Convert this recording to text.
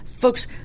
Folks